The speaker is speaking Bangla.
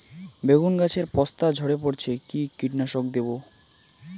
বেগুন গাছের পস্তা ঝরে পড়ছে কি কীটনাশক দেব?